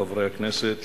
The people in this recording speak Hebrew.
חברי הכנסת,